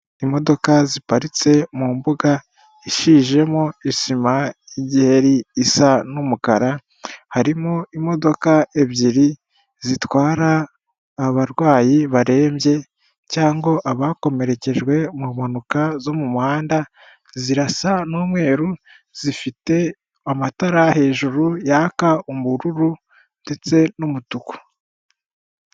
Imodoka ziparitse mu mbuga isizemo isima y'igiheri isa n'umukara, harimo imodoka ebyiri zitwara abarwayi barembye cyangwa abakomerekejwe mu mpanuka zo mu muhanda zirasa n'umweru, zifite amatara hejuru yaka ubururu ndetse n'umutuku.